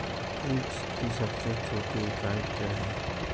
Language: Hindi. इंच की सबसे छोटी इकाई क्या है?